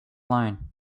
line